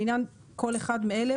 לעניין כל אחד מאלה,